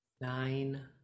Nine